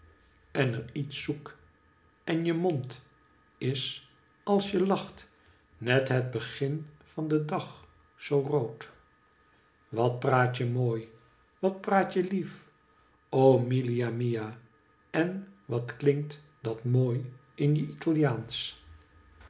en er iets zoek enje mond is alsje lacht net het begin van den dag zoo rood wat praat je mooi wat praat je lief o milia mia en wat kjinkt dat mooi in je